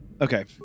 Okay